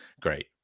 Great